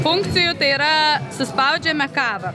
funkcijų tai yra suspaudžiame kavą